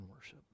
worship